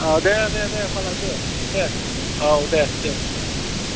अ' दे दे दे होनबालाय दे दे औ दे दे